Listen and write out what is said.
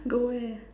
go where